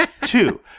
Two